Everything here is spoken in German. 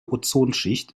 ozonschicht